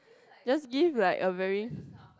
just give like a very